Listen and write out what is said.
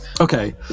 Okay